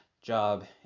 job